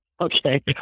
Okay